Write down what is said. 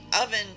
oven